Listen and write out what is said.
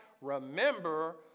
remember